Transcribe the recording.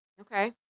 Okay